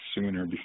sooner